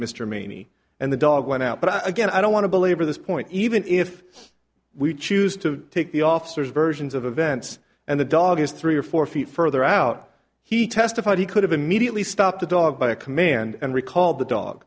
mr meany and the dog went out but i guess i don't want to belabor this point even if we choose to take the officer's versions of events and the dog as three or four feet further out he testified he could have immediately stopped the dog by a command and recalled the dog